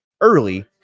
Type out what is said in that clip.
early